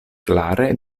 klare